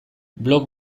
blog